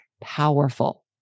powerful